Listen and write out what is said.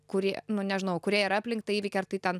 kurie nu nežinau kurie yra aplink tą įvykį ar tai ten